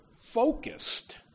focused